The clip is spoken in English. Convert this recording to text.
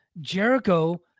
Jericho